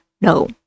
no